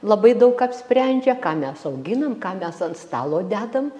labai daug apsprendžia ką mes auginam ką mes ant stalo dedam